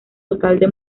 alcalde